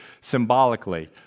symbolically